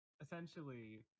essentially